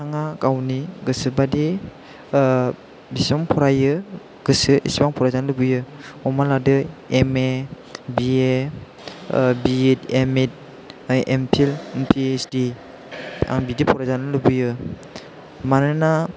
बिथाङा गावनि गोसोबादि बेसेबां फरायो गोसो इसिबां फरायजानो लुबैयो हमना लादो M A BA B Ed M Ed M Phil P H D आं बिदि फरायजानो लुबैयो मानोना